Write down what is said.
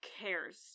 cares